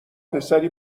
پسری